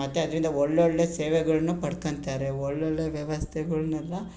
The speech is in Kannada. ಮತ್ತು ಅದರಿಂದ ಒಳ್ಳೊಳ್ಳೆಯ ಸೇವೆಗಳನ್ನು ಪಡ್ಕೋತಾರೆ ಒಳ್ಳೊಳ್ಳೆಯ ವ್ಯವಸ್ಥೆಗಳ್ನೆಲ್ಲ